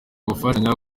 gufatanya